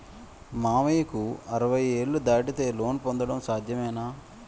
మామయ్యకు అరవై ఏళ్లు దాటితే లోన్ పొందడం సాధ్యమేనా?